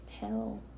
Hell